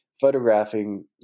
photographing